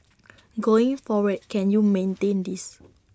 going forward can you maintain this